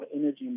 energy